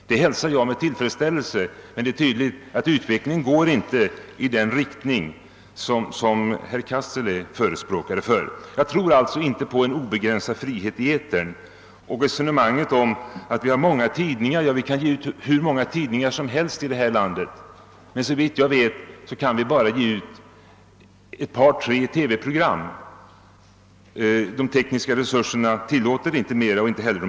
Jag hälsar detta med tillfredsställelse, men det är tydligt att utvecklingen inte går i den riktning som herr Cassel är förespråkare för. Jag tror inte på en obegränsad frihet i etern. Beträffande resonemanget att vi har många tidningar vill jag säga att vi kan ge ut hur många tidningar som helst i detta land, men såvitt jag vet kan vi bara sända ett par tre TV-program. Varken de tekniska eller ekonomiska resurserna tillåter mera.